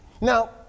now